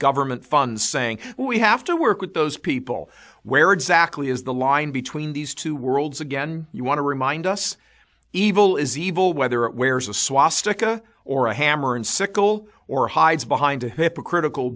government funds saying we have to work with those people where exactly is the line between these two worlds again you want to remind us evil is evil whether it wears a swastika or a hammer and sickle or hides behind a hypocritical